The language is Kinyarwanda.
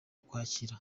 ukwakira